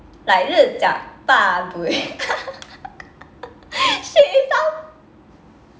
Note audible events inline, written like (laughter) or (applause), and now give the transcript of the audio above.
like le chiak ba bui (laughs) shit it sounds